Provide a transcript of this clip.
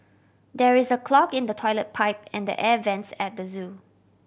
there is a clog in the toilet pipe and the air vents at the zoo